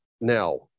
Now